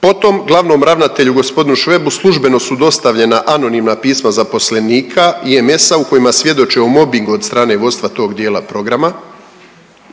Potom glavnom ravnatelju gospodinu Švebu službeno su dostavljena anonimna pisma zaposlenika IMS-a u kojima svjedoče o mobingu od strane vodstva tog dijela programa,